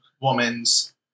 woman's